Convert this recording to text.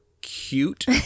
cute